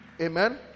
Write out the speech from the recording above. amen